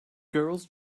girls